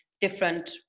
different